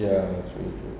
ya true true